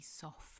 soft